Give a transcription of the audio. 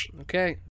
okay